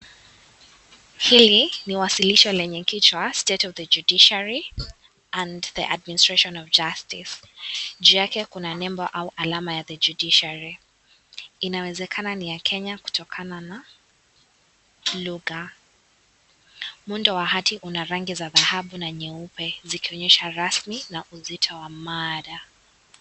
Hili ni wasilisho lenye kichwa; state of the judiciary and the administration of justice ,juu yake kuna nembo au alama ya the Judiciary. Inawezekana ni ya Kenya kutokana na lugha. Muundo wa hati una na rangi za dahabu na nyeupe zikionyesha rasmi na uzito wa mada.